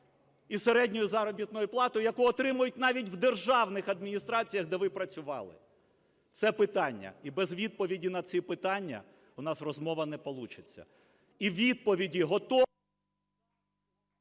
із середньою заробітною платою, яку отримують навіть в державних адміністраціях, де ви працювали. Це питання. І без відповіді на ці питання у нас розмова не получиться. І відповіді…